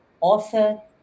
author